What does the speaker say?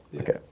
okay